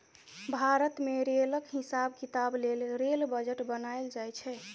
भारत मे रेलक हिसाब किताब लेल रेल बजट बनाएल जाइ छै